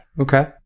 Okay